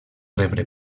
rebre